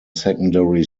secondary